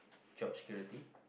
job security